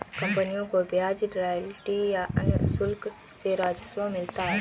कंपनियों को ब्याज, रॉयल्टी या अन्य शुल्क से राजस्व मिलता है